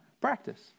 practice